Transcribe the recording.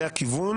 הכיוון,